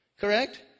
Correct